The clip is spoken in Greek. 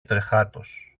τρεχάτος